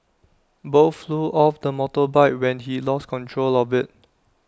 both flew off the motorbike when he lost control of IT